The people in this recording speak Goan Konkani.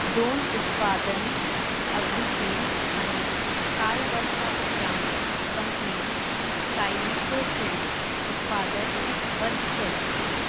दोन उत्पादन आवृत्ती आनी कांय वर्सां उपरांत कंपनींत सायबिकोचें उत्पादन बंद केलें